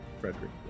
Frederick